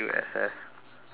star